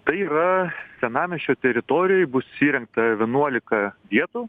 tai yra senamiesčio teritorijoj bus įrengta vienuolika vietų